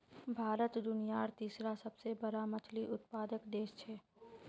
भारत दुनियार तीसरा सबसे बड़ा मछली उत्पादक देश छे